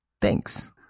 Thanks